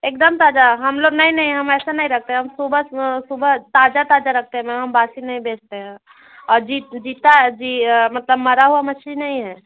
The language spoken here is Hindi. एकदम ताज़ा हम लोग नहीं नहीं हम ऐसा नहीं रखते हैं सुबह सुबह ताज़ा ताज़ा रखते हैं मैम हम बासी नहीं बेचते हैं और जीता जी मतलब मरा हुआ मच्छी नहीं है